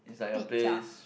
beach ah